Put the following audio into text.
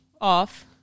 off